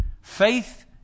faith